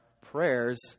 prayers